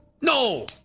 No